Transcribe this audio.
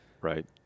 right